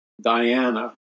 Diana